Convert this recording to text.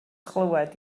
chlywed